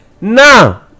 now